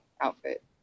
outfit